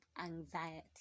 anxiety